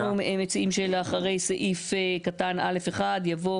אנחנו מציעים שלאחר סעיף קטן (א)(1) יבוא